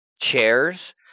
chairs